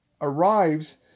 arrives